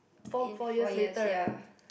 in four years ya